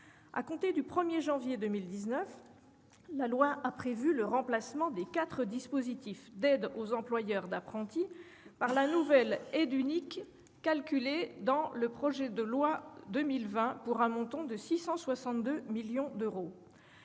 À compter du 1 janvier 2019, la loi a prévu le remplacement des quatre dispositifs d'aide aux employeurs d'apprentis par la nouvelle aide unique calculée dans le projet de loi de finances pour 2020 pour un montant de 662 millions d'euros.